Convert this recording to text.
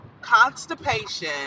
constipation